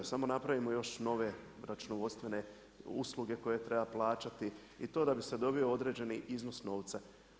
Samo napravimo još nove računovodstvene usluge koje treba plaćati i to da bi se dobio određeni iznos novca.